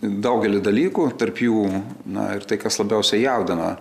daugelį dalykų tarp jų na ir tai kas labiausiai jaudina